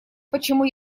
почему